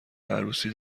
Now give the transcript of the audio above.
عروسی